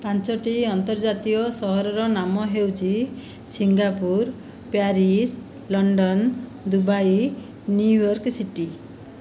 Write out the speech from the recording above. ପାଞ୍ଚଟି ଆର୍ନ୍ତଜାତୀୟ ସହରର ନାମ ହେଉଛି Singapore Paris London Dubai New York city